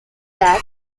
that